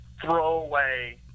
throwaway